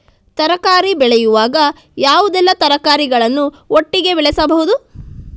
ತರಕಾರಿ ಬೆಳೆಯುವಾಗ ಯಾವುದೆಲ್ಲ ತರಕಾರಿಗಳನ್ನು ಒಟ್ಟಿಗೆ ಬೆಳೆಸಬಹುದು?